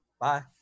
bye